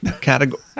category